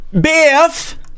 biff